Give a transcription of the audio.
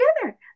together